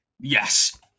Yes